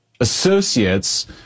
associates